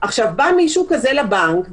בא מישהו כזה לבנק,